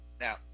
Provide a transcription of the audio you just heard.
now